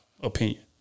opinion